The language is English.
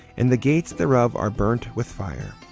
and the gates thereof are burnt with fire.